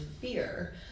fear